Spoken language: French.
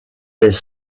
des